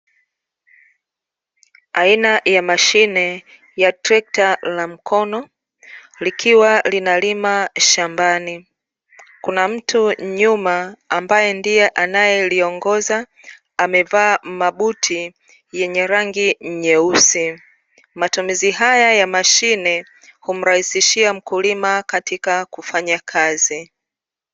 Aina ya mashine ya trekta la mkono, likiwa linalima shambani. Kuna mtu nyuma ambaye ndiye anayeliongoza, amevaa mabuti yenye rangi nyeusi. Matumizi haya ya mashine, humrahisishia mkulima katika kufanya kazi.